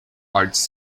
arts